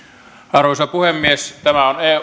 arvoisa puhemies tämä on eun